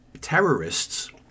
terrorists